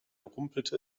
rumpelte